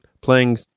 playing